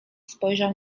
spojrzał